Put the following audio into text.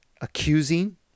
accusing